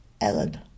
Ellen